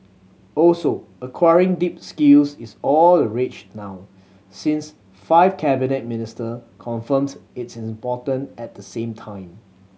also acquiring deep skills is all the rage now since five cabinet minister confirmed its importance at the same time